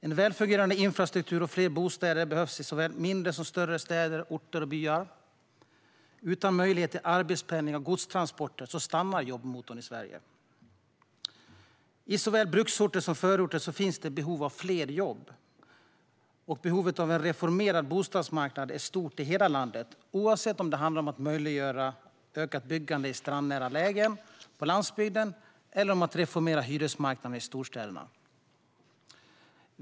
En välfungerande infrastruktur och fler bostäder behövs i såväl mindre som större städer, orter och byar. Utan möjlighet till arbetspendling och godstransporter stannar jobbmotorn i Sverige. Såväl på bruksorter som i förorter finns det behov av fler jobb. Behovet av en reformerad bostadsmarknad är stort i hela landet, oavsett om det handlar om att möjliggöra ökat byggande i strandnära lägen på landsbygden eller om att reformera hyresmarknaden i storstäderna.